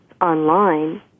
online